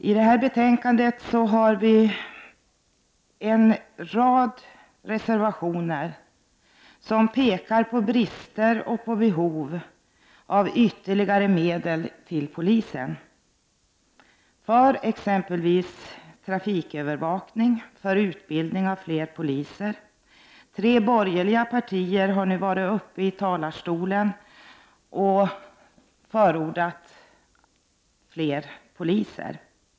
I det nu aktuella betänkandet finns en lång rad reservationer som pekar på brister och behov av ytterligare medel till polisen, t.ex. för trafikövervakning och för utbildning av fler poliser. Tre företrädare för de borgerliga partierna har nu varit uppe i talarstolen och förordat fler poliser.